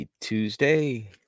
Tuesday